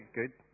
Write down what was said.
good